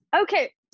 Okay